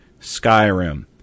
Skyrim